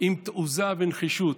עם תעוזה ונחישות,